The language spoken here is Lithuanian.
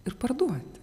ir parduoti